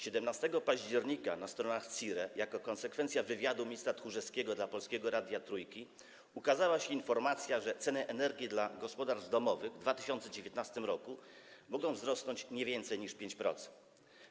17 października na stronach CIRE w konsekwencji wywiadu ministra Tchórzewskiego dla Polskiego Radia Trójki ukazała się informacja, że ceny energii dla gospodarstw domowych w 2019 r. mogą wzrosnąć nie więcej niż 5%.